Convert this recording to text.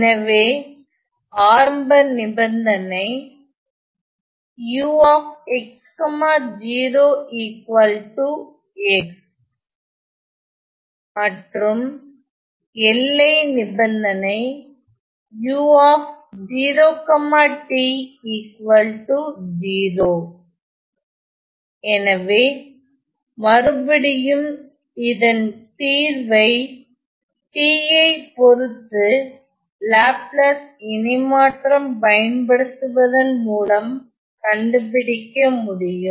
எனவே ஆரம்ப நிபந்தனை மற்றும் எல்லை நிபந்தனை எனவே மறுபடியும் இதன் தீர்வை t ஐ பொருத்து லாப்லாஸ் இணைமாற்றம் பயன்படுத்துவதன் மூலம் கண்டுபிடிக்க முடியும்